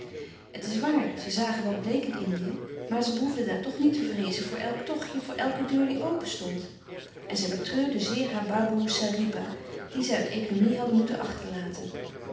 het is waar ze zagen wel bleek in indië maar ze behoefde daar toch niet te vreezen voor elk tochtje voor elke deur die open stond en zij betreurde zeer haar baboe saripa die zij uit economie had moeten achterlaten